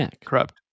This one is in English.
corrupt